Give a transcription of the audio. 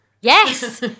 Yes